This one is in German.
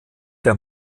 der